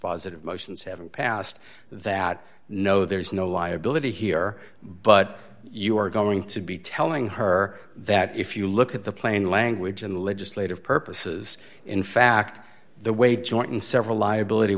positive motions having passed that no there is no liability here but you are going to be telling her that if you look at the plain language in the legislative purposes in fact the way joint and several liability